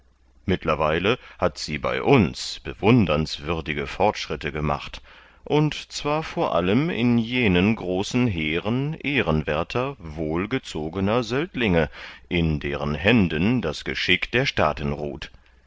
mittlerweile hat sie bei uns bewundernswürdige fortschritte gemacht und zwar vor allem in jenen großen heeren ehrenwerther wohlgezogener söldlinge in deren händen das geschick der staaten ruht